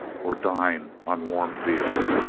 or dine on warm veal,